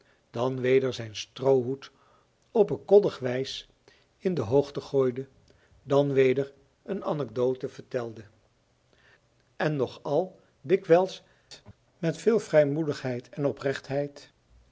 dan weder zijn stroohoed op een koddige wijs in de hoogte gooide dan weder een anecdote vertelde en nog al dikwijls met veel vrijmoedigheid en oprechtheid